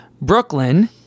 Brooklyn